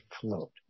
float